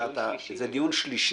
זה דיון שלישי.